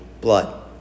blood